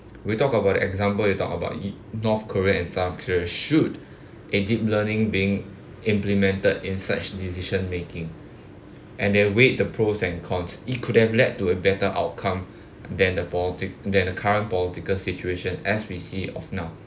we talk about the example you talk about no~ north korea and south korea should a deep learning being implemented in such decision making and then weighed the pros and cons it could have led to a better outcome than the politic~ than the current political situation as we see of now